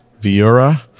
Viura